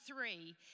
three